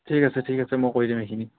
ঠিক আছে ঠিক আছে মই কৰি দিম সেইখিনি